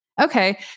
Okay